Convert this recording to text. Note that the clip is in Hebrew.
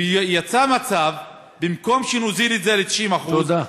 יצא מצב שבמקום שנוזיל את זה ב-90% תודה.